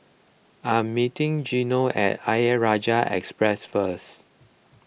I am meeting Gino at Ayer Rajah Express first